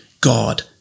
God